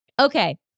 Okay